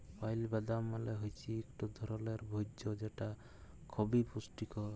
pile বাদাম মালে হৈচ্যে ইকট ধরলের ভোজ্য যেটা খবি পুষ্টিকর